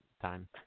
time